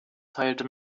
teilte